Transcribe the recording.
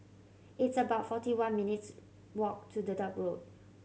it's about forty one minutes' walk to the Dedap Road